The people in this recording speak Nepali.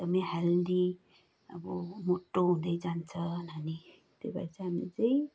एकदमै हेल्दी अब मोटो हुँदै जान्छ नानी त्यही भएर चाहिँ हामी चाहिँ